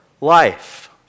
life